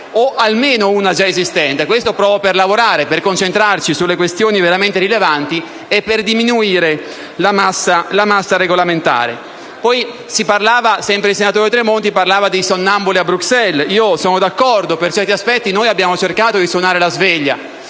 almeno una già esistente, per lavorare e concentrarci sulle questioni veramente rilevanti e per diminuire la massa regolamentare. Sempre il senatore Tremonti ha parlato dei sonnambuli di Bruxelles. Sono d'accordo e per certi aspetti noi abbiamo cercato di suonare la sveglia;